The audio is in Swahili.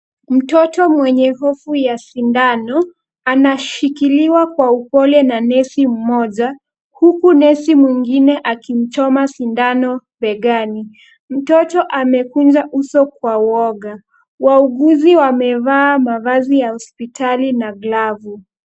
Mtoto mwenye hofu ya sindano anashikiliwa kwa upole na nesi mmoja, huku nesi mwingine akimchoma sindano begani. Mtoto amekunja uso kwa uoga. Wauguzi wamevaa mavazi ya hospitali na glavu.